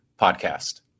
podcast